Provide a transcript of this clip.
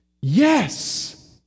Yes